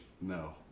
no